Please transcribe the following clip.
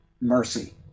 mercy